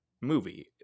movie